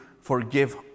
forgive